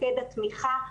מוקד התמיכה,